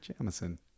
Jamison